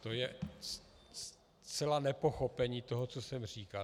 To je zcela nepochopení toho, co jsem říkal.